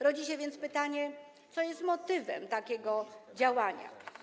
Rodzi się więc pytanie: Co jest motywem takiego działania?